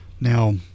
Now